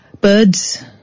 Birds